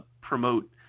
promote